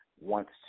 wants